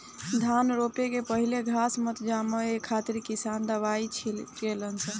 धान रोपे के पहिले घास मत जामो ए खातिर किसान दवाई छिटे ले सन